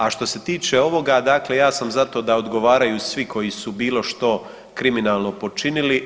A što se tiče ovoga dakle ja sam za to da odgovaraju svi koji su bilo što kriminalno počinili.